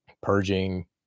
purging